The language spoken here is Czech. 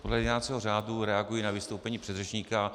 Podle jednacího řádu reaguji na vystoupení předřečníka.